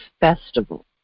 festival